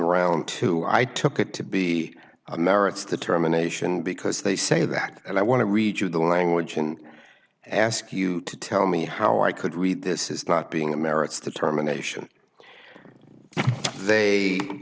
in round two i took it to be a merits determination because they say that and i want to reach you the language didn't ask you to tell me how i could read this is not being a merits determination they